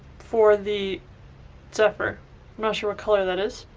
for the zephyr. i'm not sure what color that is.